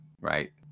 right